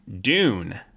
Dune